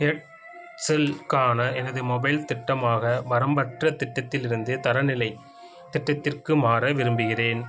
ஏர் செலுக்கான எனது மொபைல் திட்டமாக வரம்பற்ற திட்டத்திலிருந்து தரநிலை திட்டத்திற்கு மாற விரும்புகிறேன்